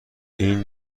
این